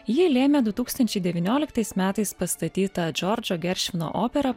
jį lėmė du tūkstančiai devynioliktais metais metais pastatyta džordžo geršvino opera